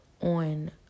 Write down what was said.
on